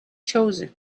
chosen